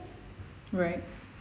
right